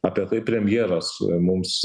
apie tai premjeras mums